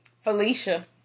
Felicia